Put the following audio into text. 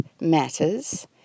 matters